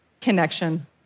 connection